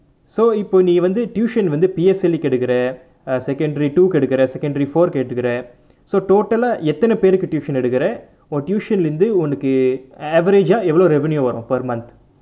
so இப்போ நீ வந்து:ippo nee vanthu tuition வந்து:vanthu P_S_L_E கு எடுக்குறே:ku edukurae secondary two கு எடுக்குறே:ku edukurae secondary four கு எடுக்குறே:ku edukurae so total ah எத்தனை பேருக்கு:ethanai perukku tuition எடுக்குறே உன்:edukurae un tuition leh இருந்து உனக்கு:irunthu unakku average ah எவ்வளவு:evvalavu revenue வரும்:varum per month